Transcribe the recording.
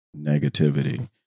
negativity